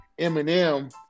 Eminem